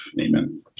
Amen